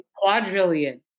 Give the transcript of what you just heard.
quadrillion